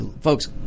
Folks